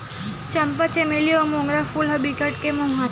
चंपा, चमेली अउ मोंगरा फूल ह बिकट के ममहाथे